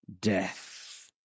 death